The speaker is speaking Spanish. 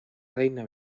reina